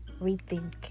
rethink